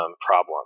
problem